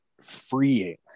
freeing